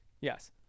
Yes